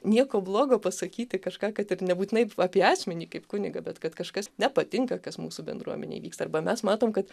nieko blogo pasakyti kažką kad ir nebūtinai apie asmenį kaip kunigą bet kad kažkas nepatinka kas mūsų bendruomenėj vyksta arba mes matom kad